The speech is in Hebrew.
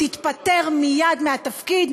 תתפטר מייד מהתפקיד,